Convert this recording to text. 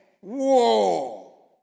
Whoa